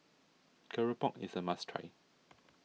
Keropok is a must try